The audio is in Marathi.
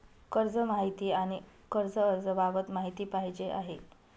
कर्ज माहिती आणि कर्ज अर्ज बाबत माहिती पाहिजे आहे